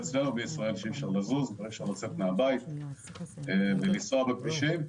בישראל שאי אפשר לזוז ואי אפשר לצאת מהבית ולנסוע בכבישים.